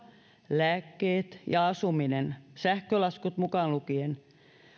lääkkeet ja asuminen sähkölaskut mukaan lukien